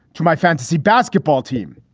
to my fantasy basketball team.